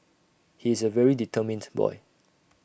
he is A very determined boy